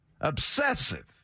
obsessive